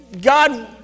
God